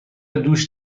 دوش